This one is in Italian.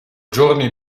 giorni